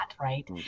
right